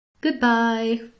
Goodbye